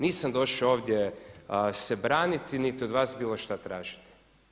Nisam došao ovdje se braniti niti od vas bilo što tražiti.